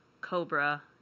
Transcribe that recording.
cobra